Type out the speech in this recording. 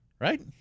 right